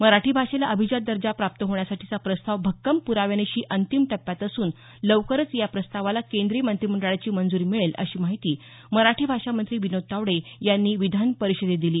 मराठी भाषेला अभिजात दर्जा प्राप्त होण्यासाठीचा प्रस्ताव भक्कम प्राव्यानिशी अंतिम टप्प्यात असून लवकरच या प्रस्तावाला केंद्रीय मंत्रिमंडळाची मंजुरी मिळेल अशी माहिती मराठी भाषा मंत्री विनोद तावडे यांनी विधानपरिषदेत दिली